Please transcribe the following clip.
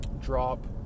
drop